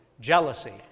jealousy